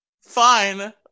Fine